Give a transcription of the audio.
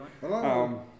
Hello